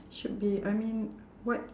should be I mean what